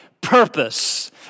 purpose